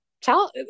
tell